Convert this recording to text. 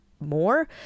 more